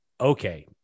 okay